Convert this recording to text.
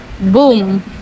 Boom